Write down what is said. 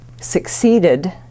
succeeded